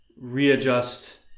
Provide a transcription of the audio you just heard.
readjust